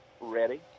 ready